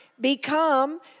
become